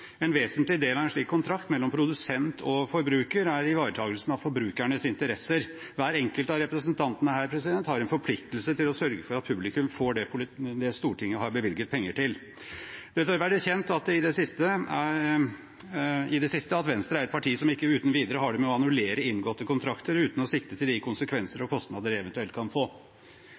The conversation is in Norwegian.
En vesentlig del av en slik kontrakt, mellom produsent og forbruker, er ivaretakelsen av forbrukernes interesser. Hver enkelt av representantene her har en forpliktelse til å sørge for at publikum får det Stortinget har bevilget penger til. Det tør være kjent nå at Venstre er et parti som ikke uten videre har det med å annullere inngåtte kontrakter – uten å sikte til de konsekvenser og kostnader det eventuelt kan få.